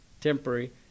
temporary